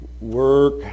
work